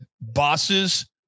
bosses